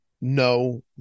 No